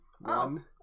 One